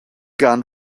gun